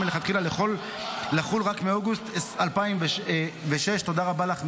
מלכתחילה לחול רק מאוגוסט 2026. תודה רבה לך,